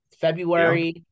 February